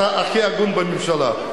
אתה הכי הגון בממשלה.